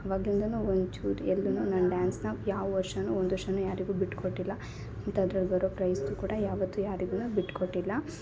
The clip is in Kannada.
ಇವಾಗ್ಲಿಂದ ಒಂಚೂರು ಎಲ್ಲೂ ನಾನು ಡ್ಯಾನ್ಸ್ನ ಯಾವ ವರ್ಷವೂ ಒಂದು ವರ್ಷ ಯಾರಿಗೂ ಬಿಟ್ಕೊಟ್ಟಿಲ್ಲ ಅಂಥದ್ರಲ್ಲಿ ಬರೋ ಪ್ರೈಸ್ನು ಕೂಡ ಯಾವತ್ತು ಯಾರಿಗೂ ಬಿಟ್ಕೊಟ್ಟಿಲ್ಲ